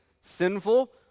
sinful